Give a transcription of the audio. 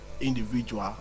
individual